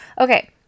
Okay